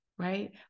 Right